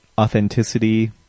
Authenticity